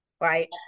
right